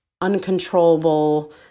uncontrollable